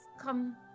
come